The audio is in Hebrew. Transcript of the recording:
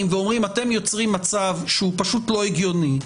ואומרים: אתם יוצרים מצב שהוא פשוט לא הגיוני.